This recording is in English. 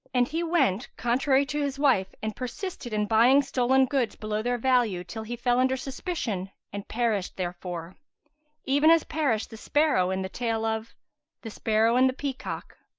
and he went contrary to his wife and persisted in buying stolen goods below their value till he fell under suspicion and perished therefor even as perished the sparrow in the tale of the sparrow and the peacock